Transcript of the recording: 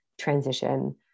transition